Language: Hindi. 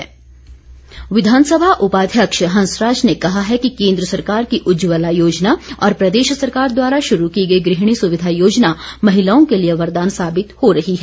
विघानसभा विधानसभा उपाध्यक्ष हंसराज ने कहा है कि केंद्र सरकार की उज्जवला योजना और प्रदेश सरकार द्वारा शुरू की गई गृहणी सुविधा योजना महिलाओं के लिए वरदान साबित हो रही है